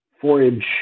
forage